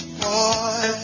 boy